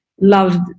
loved